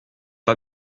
pas